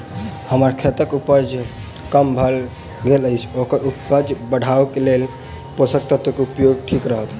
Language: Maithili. हम्मर खेतक उपज कम भऽ गेल अछि ओकर उपज बढ़ेबाक लेल केँ पोसक तत्व केँ उपयोग ठीक रहत?